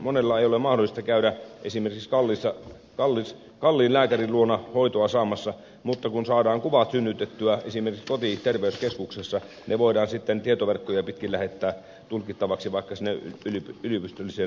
monella ei ole mahdollista käydä esimerkiksi kalliin lääkärin luona hoitoa saamassa mutta kun saadaan kuvat synnytettyä esimerkiksi kotiterveyskeskuksessa ne voidaan sitten tietoverkkoja pitkin lähettää tulkittaviksi vaikka sinne yliopistolliseen sairaalaan